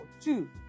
Two